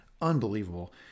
Unbelievable